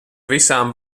visām